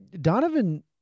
Donovan